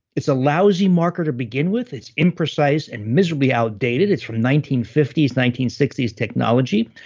it's a lousy marker to begin with. it's imprecise and miserably outdated it's from nineteen fifty s, nineteen sixty s technology,